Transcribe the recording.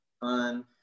fun